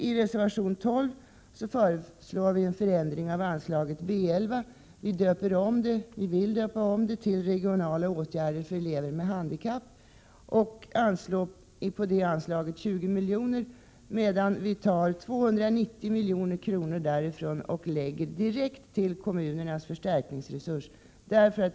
I reservation 12 föreslår vi en förändring av anslaget B 11. Vi vill döpa om detta anslag till Regionala åtgärder för elever med handikapp och öka anslaget med 20 milj.kr., medan vi föreslår att 290 milj.kr. av anslaget därifrån förs direkt till kommunernas förstärkningsresurser.